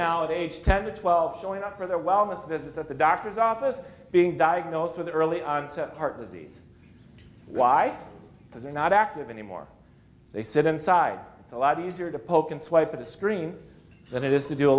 aged ten to twelve showing up for their wellness visit at the doctor's office being diagnosed with early onset heart disease why because they are not active anymore they sit inside it's a lot easier to poke and swipe at a screen that is to do a